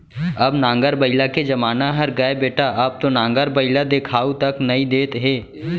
अब नांगर बइला के जमाना हर गय बेटा अब तो नांगर बइला देखाउ तक नइ देत हे